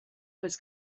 was